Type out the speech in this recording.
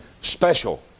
special